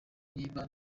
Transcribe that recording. niba